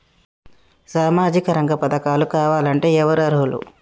సామాజిక రంగ పథకాలు కావాలంటే ఎవరు అర్హులు?